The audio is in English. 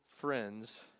friends